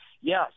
yes